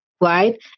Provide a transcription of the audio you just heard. right